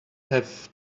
have